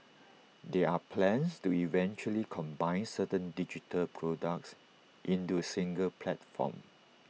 there are plans to eventually combine certain digital products into A single platform